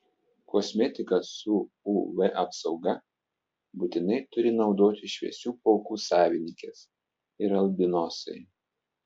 kosmetiką su uv apsauga būtinai turi naudoti šviesių plaukų savininkės ir albinosai